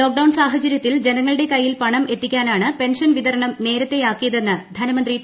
lockdown സാഹച രൃത്തിൽ ജനങ്ങളുടെ കയ്യിൽ പ്രണം എത്തിക്കാനാണ് പെൻഷൻ വിതരണം നേരത്തെയാക്കിയ തെന്ന് ധനമന്ത്രി ടി